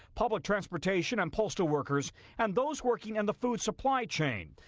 public transportation, and postal workers and those working in the food supply chain.